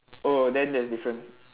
oh then there's difference